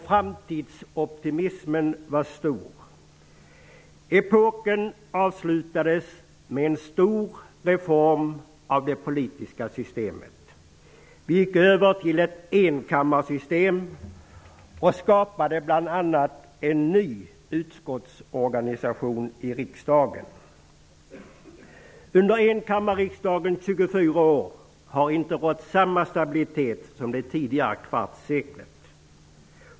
Framtidsoptimismen var stor. Epoken avslutades med en stor reform av det politiska systemet. Vi gick över till ett enkammarsystem och skapade bl.a. en ny utskottsorganisation i riksdagen. Under enkammarriksdagens 24 år har inte rått samma stabilitet som under det tidigare kvartsseklet.